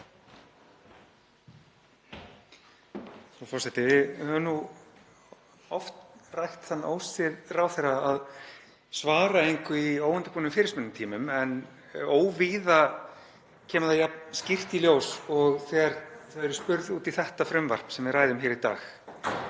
Frú forseti. Við höfum nú oft rætt þann ósið ráðherra að svara engu í óundirbúnum fyrirspurnatímum, en óvíða kemur það jafn skýrt í ljós og þegar þau eru spurð út í þetta frumvarp sem við ræðum hér í dag.